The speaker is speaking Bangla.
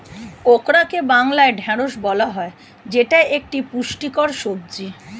ওকরাকে বাংলায় ঢ্যাঁড়স বলা হয় যেটা একটি পুষ্টিকর সবজি